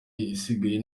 isigaye